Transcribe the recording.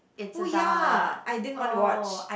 oh ya I didn't want to watch